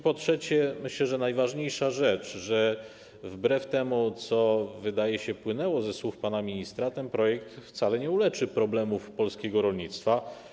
Po trzecie - myślę, że to najważniejsza rzecz - wbrew temu, co, wydaje się, wynikało ze słów pana ministra, ten projekt wcale nie uleczy problemów polskiego rolnictwa.